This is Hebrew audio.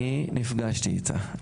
אני נפגשתי איתה.